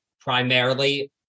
primarily